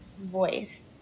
voice